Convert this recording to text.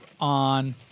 on